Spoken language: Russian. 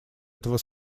этого